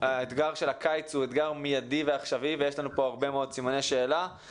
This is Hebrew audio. האתגר של הקיץ הוא אתגר מיידי ועכשווי ויש לנו הרבה מאוד סימני שאלה.